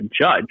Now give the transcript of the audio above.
judge